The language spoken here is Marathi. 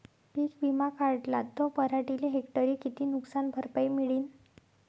पीक विमा काढला त पराटीले हेक्टरी किती नुकसान भरपाई मिळीनं?